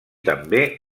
també